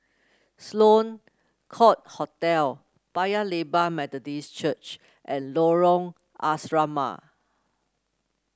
Sloane Court Hotel Paya Lebar Methodist Church and Lorong Asrama